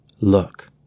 look